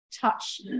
touch